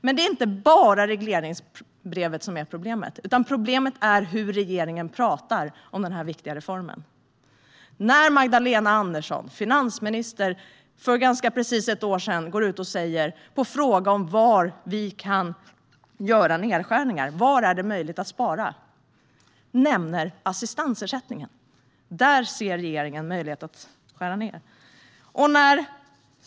Det är dock inte bara regleringsbrevet som är problemet, utan det är hur regeringen talar om denna viktiga reform. När finansminister Magdalena Andersson för ganska precis ett år sedan fick frågan om var vi kan göra nedskärningar och var vi kan spara nämnde hon assistansersättningen. Där såg regeringen en möjlighet att skära ned.